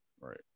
Right